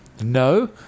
No